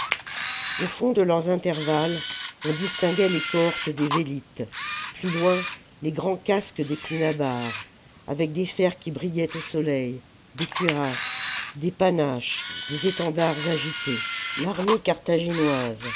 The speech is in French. au fond de leurs intervalles on distinguait les cohortes des vélites plus loin les grands casques des clinabares avec des fers qui brillaient au soleil des cuirasses des panaches des étendards agités l'armée carthaginoise